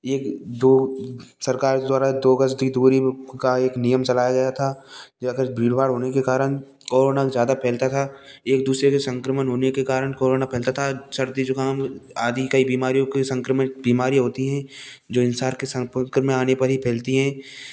एक दो सरकार द्वारा दो गज की दूरी का एक नियम चलाया गया था कि अगर भीड़ भाड़ होने के कारण कोरोना ज़्यादा फैलता था एक दूसरे के संक्रमण होने के कारण कोरोना फैलता था सर्दी ज़ुखाम आदि कई बीमारियों के संक्रमक बीमारी होती हैं जो इंसान के संपर्क में आने पर ही फैलती हैं